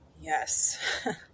Yes